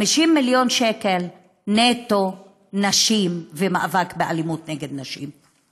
50 מיליון שקל נטו לנשים ולמאבק באלימות נגד נשים.